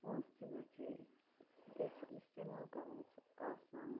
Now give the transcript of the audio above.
پونٛسہٕ تہِ بَچے بیٚیہِ چھِ اِستعمال کَرُن سُہ آسان